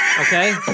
Okay